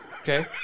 Okay